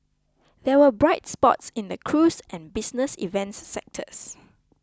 there were bright spots in the cruise and business events sectors